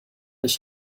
ich